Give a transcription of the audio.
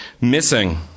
Missing